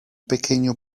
pequeño